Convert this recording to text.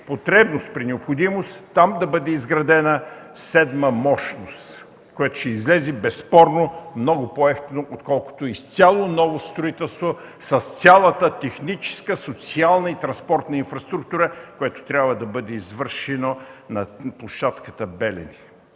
Козлодуй и при необходимост там да бъде изградена седма мощност, което ще излезе безспорно много по-евтино отколкото изцяло ново строителство с цялата техническа, социална и транспортна инфраструктура, която трябва да бъде извършена на площадката „Белене”.